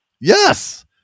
Yes